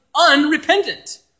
unrepentant